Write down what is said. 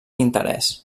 interès